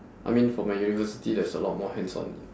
I mean for my university there's a lot more hands on